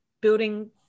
building